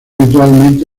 habitualmente